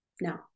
No